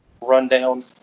rundown